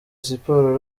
siporo